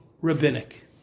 rabbinic